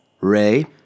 Ray